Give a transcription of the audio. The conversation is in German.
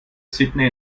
sydney